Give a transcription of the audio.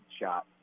shot